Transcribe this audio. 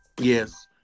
Yes